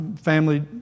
family